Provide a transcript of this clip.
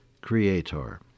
creator